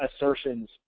Assertions